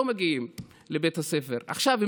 4,000 לא מגיעים לבית הספר עכשיו.